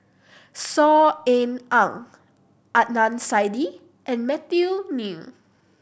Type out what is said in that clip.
Saw Ean Ang Adnan Saidi and Matthew Ngui